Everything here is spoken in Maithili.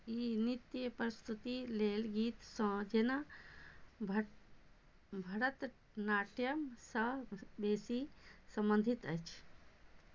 ई नृत्य प्रस्तुति लेल गीतसँ जेना भरत भरतनाट्यमसँ बेसी सम्बन्धित अछि